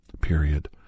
period